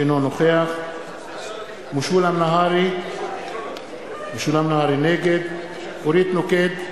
אינו נוכח משולם נהרי, נגד אורית נוקד,